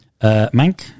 Mank